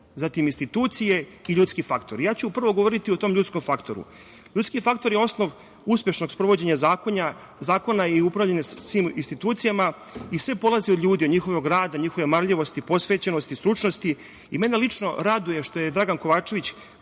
zatim institucije i ljudski faktor. Ja ću prvo govoriti o tom ljudskom faktoru. Ljudski faktor je osnov uspešnog sprovođenja zakona i upravljanja svim institucijama i sve polazi od ljudi, od njihovog rada, njihove marljivosti, posvećenosti, stručnosti. Mene lično raduje što je Dragan Kovačević